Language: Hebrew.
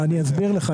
אני אסביר לך.